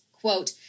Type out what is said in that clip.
quote